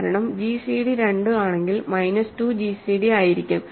കാരണം ജിസിഡി 2 ആണെങ്കിൽ minus 2 GCD ആയിരിക്കും